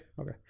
Okay